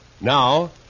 Now